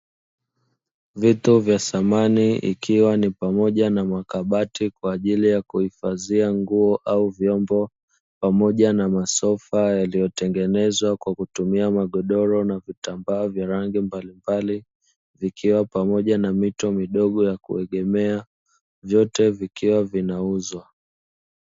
Vitu vya samani iiiwa ni pamoja na makabati, kwa ajili ya kuhifadhia nguo au vyombo pamoja na masofa yaliyotengenezwa kwa kutumia magodoro, na vitambaa vya rangi mbalimbali vikiwa pamoja na mito midogo ya kuegemea, vyote vikiwa vinauzwa.